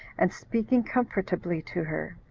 and speaking comfortably to her,